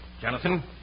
Jonathan